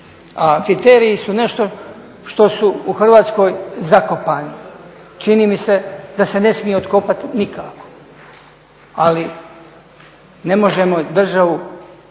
A kriteriji su nešto što su u Hrvatskoj zakopani, čini mi se da se ne smije otkopati nikako. Ali ne možemo državu